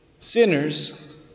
Sinners